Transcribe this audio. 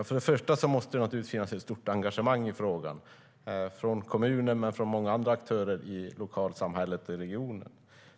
För det första måste det förstås finnas ett stort engagemang i frågan från kommunen och andra aktörer i lokalsamhället och regionen.